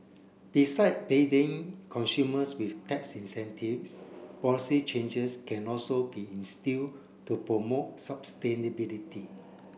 beside baiting consumers with tax incentives policy changes can also be instilled to promote sustainability